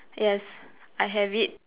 yes I have it